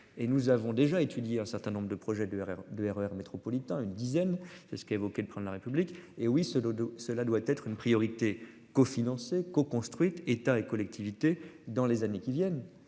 Et nous avons déjà étudié un certain nombre de projets de RER de RER métropolitain une dizaine. C'est ce qu'a évoqué le plan de la République. Hé oui ce dodo, cela doit être une priorité. Cofinancé co-construite, État et collectivités, dans les années qui viennent.